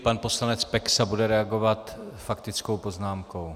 Pan poslanec Peksa bude reagovat faktickou poznámkou.